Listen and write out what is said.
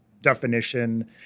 definition